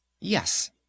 Yes